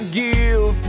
give